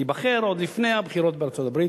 להיבחר עוד לפני הבחירות בארצות-הברית,